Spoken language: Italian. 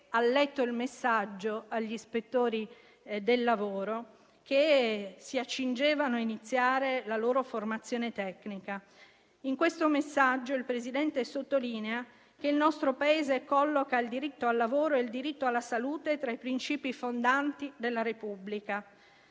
ha letto il messaggio), agli ispettori del lavoro che si accingevano a iniziare la loro formazione tecnica. In questo messaggio il Presidente sottolinea che il nostro Paese colloca il diritto al lavoro e il diritto alla salute tra i principi fondanti della Repubblica.